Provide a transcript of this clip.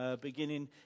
beginning